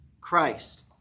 Christ